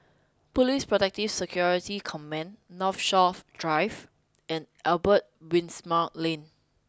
Police Protective Security Command Northshore Drive and Albert Winsemius Lane